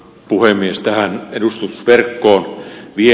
tähän edustustoverkkoon vielä